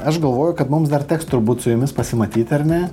aš galvoju kad mums dar teks turbūt su jumis pasimatyti ar ne